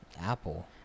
Apple